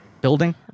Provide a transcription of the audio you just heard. building